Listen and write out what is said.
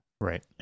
Right